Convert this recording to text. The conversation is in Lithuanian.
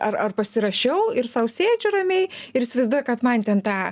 ar ar pasirašiau ir sau sėdžiu ramiai ir įsivaizduoju kad man ten tą